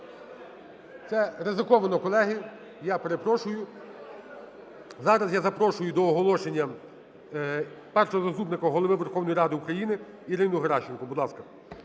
Це ризиковано, колеги, я перепрошую. Зараз я запрошую до оголошення Першого заступника Голови Верховної Ради України Ірину Геращенко. Будь ласка.